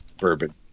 Bourbon